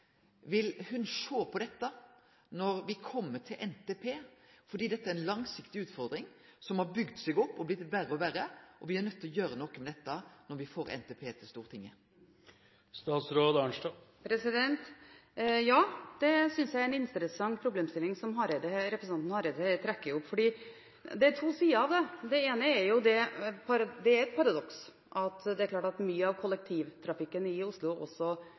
Vil ho sjå på dette når me kjem til Nasjonal transportplan – fordi dette er ei langsiktig utfordring som har bygt seg opp og blitt verre og verre, og me er nøydde til å gjere noko med dette når me får Nasjonal transportplan til Stortinget. Ja, jeg synes det er en interessant problemstilling som representanten Hareide trekker opp. Det er to sider: Det ene er det paradoks at mye av kollektivtrafikken i Oslo finansieres ved hjelp av bompenger – og dermed veikjøring. Den andre siden av det er at